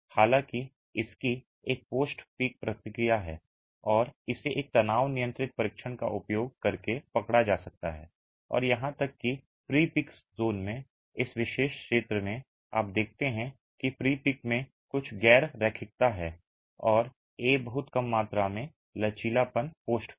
हालांकि इसकी एक पोस्ट पीक प्रतिक्रिया है और इसे एक तनाव नियंत्रित परीक्षण का उपयोग करके पकड़ा जा सकता है और यहां तक कि प्री पीक ज़ोन में इस विशेष क्षेत्र में आप देखते हैं कि प्री पीक में कुछ गैर रैखिकता है और ए बहुत कम मात्रा में लचीलापन पोस्ट पीक